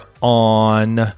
on